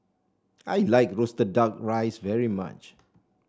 I like roasted duck rice very much